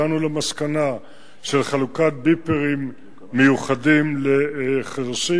הגענו למסקנה של חלוקת ביפרים מיוחדים לחירשים.